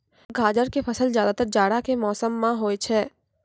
गाजर के फसल ज्यादातर जाड़ा के मौसम मॅ होय छै